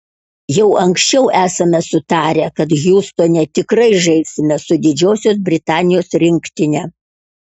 jau anksčiau esame sutarę kad hjustone tikrai žaisime su didžiosios britanijos rinktine